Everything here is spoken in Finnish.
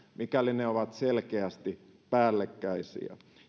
että ne ovat selkeästi päällekkäisiä